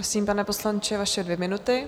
Prosím, pane poslanče, vaše dvě minuty.